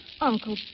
Uncle